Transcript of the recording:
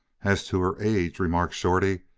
as to her age, remarked shorty,